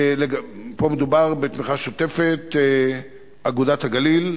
פה מדובר בתמיכה שוטפת, "אגודת הגליל",